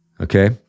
Okay